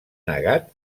negat